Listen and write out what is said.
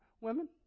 women